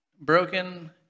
broken